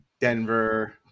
Denver